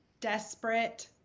desperate